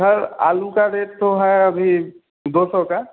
sir आलू का rate तो है अभी दो सौ का